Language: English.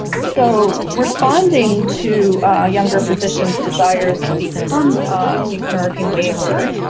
so responding to younger physicians' desires to become buprenorphine waivered,